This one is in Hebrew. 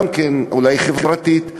אולי גם חברתית,